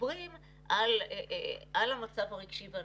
מדברים על המצב הרגשי והנפשי,